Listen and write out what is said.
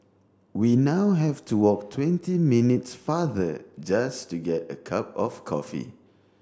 we now have to walk twenty minutes farther just to get a cup of coffee